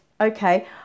okay